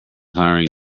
hiring